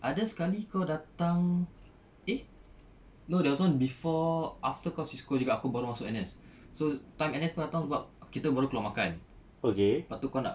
ada sekali kau datang eh no there was one before after kau CISCO juga aku baru masuk N_S so time N_S kau datang sebab kita baru keluar makan pastu kau nak